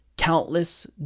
countless